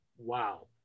wow